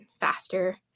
faster